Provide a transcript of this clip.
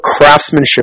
craftsmanship